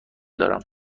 دارم